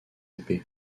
épées